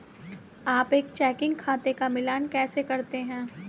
आप एक चेकिंग खाते का मिलान कैसे करते हैं?